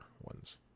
ones